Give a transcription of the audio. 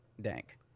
Dank